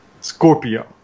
Scorpio